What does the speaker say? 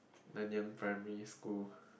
Nanyang Primary School